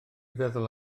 feddwl